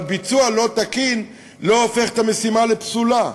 אבל ביצוע לא תקין לא הופך את המשימה לפסולה.